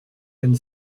and